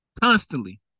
Constantly